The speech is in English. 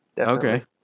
Okay